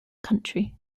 country